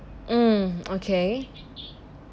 mm okay